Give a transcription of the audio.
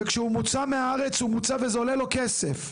וכשהוא מוצא מהארץ הוא מוצא, וזה עולה לו כסף.